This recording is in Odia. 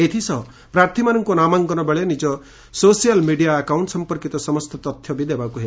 ଏଥିସହ ପ୍ରାର୍ଥୀମାନଙ୍କୁ ନାମାଙ୍କନ ବେଳେ ନିଜ ସୋସାଲ୍ ମିଡ଼ିଆ ଆକାଉଣ୍ ସଂପର୍କିତ ସମସ୍ତ ତଥ୍ୟ ବି ଦେବାକୁ ହେବ